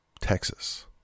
Texas